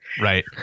Right